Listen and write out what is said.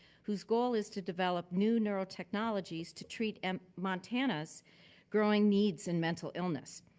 whose goal is to develop new neural technologies to treat um montana's growing needs and mental illness.